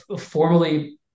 formally